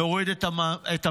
נוריד את המחירים.